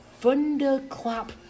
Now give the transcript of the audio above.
thunderclap